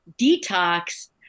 detox